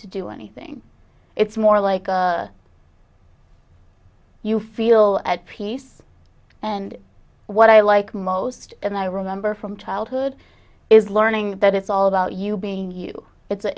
to do anything it's more like you feel at peace and what i like most and i remember from childhood is learning that it's all about you being you it's